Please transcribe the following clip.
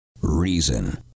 reason